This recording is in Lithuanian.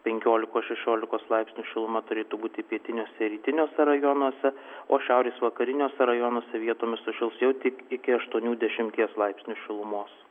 penkiolikos šešiolikos laipsnių šiluma turėtų būti pietiniuose ir rytiniuose rajonuose o šiaurės vakariniuose rajonuose vietomis sušils jau tik iki aštuonių dešimties laipsnių šilumos